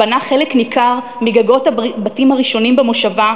בנה חלק ניכר מגגות הבתים הראשונים במושבה,